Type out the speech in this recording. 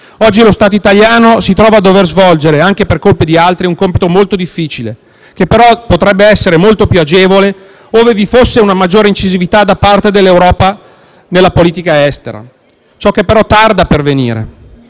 Oggi lo Stato italiano si trova a dover svolgere, anche per colpe di altri, un compito molto difficile, che però potrebbe essere molto più agevole ove vi fosse una maggiore incisività da parte dell'Europa nella politica estera. Ciò, però, tarda a pervenire.